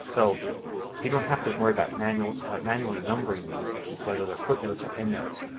so you don't have to worry about manually manually numbering these whether they are footnotes or endnotes.